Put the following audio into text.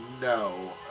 No